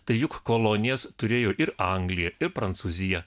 tai juk kolonijas turėjo ir anglija ir prancūzija